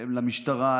למשטרה,